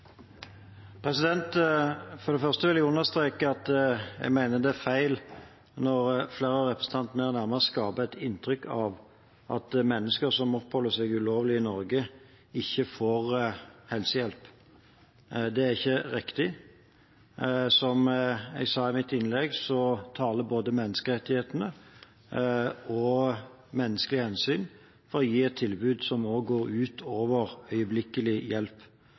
representantforslaget. For det første vil jeg understreke at jeg mener det er feil når flere av representantene her nærmest skaper et inntrykk av at mennesker som oppholder seg ulovlig i Norge, ikke får helsehjelp. Det er ikke riktig. Som jeg sa mitt innlegg, taler både menneskerettighetene og menneskelige hensyn for å gi et tilbud som også går utover øyeblikkelig hjelp.